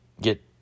get